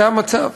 זה המצב.